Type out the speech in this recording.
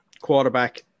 quarterback